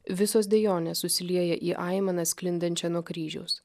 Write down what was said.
visos dejonės susilieja į aimaną sklindančią nuo kryžiaus